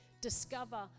discover